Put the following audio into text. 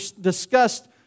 discussed